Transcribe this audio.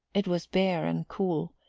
it was bare and cool,